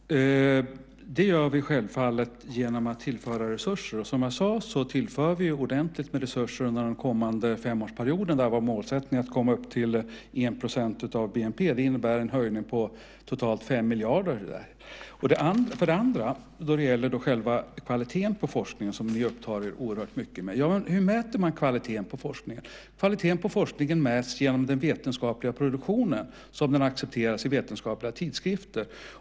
Fru talman! Det gör vi självfallet genom att tillföra resurser. Som jag sade tillför vi ordentligt med resurser under den kommande femårsperioden där vår målsättning är att komma upp till 1 % av bnp. Det innebär en höjning på totalt 5 miljarder. Då det gäller själva kvaliteten på forskningen, som ni ägnar er oerhört mycket åt, är frågan: Hur mäter man kvaliteten på forskningen? Kvaliteten på forskningen mäts genom den vetenskapliga produktionen såsom den accepteras i vetenskapliga tidskrifter.